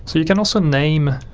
so you can also name